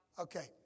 Okay